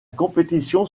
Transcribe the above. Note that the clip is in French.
compétition